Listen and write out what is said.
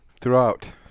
throughout